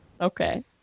Okay